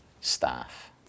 staff